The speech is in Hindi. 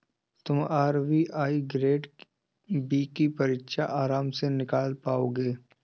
तुम आर.बी.आई ग्रेड बी की परीक्षा आराम से निकाल पाओगे